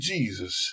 Jesus